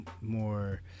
more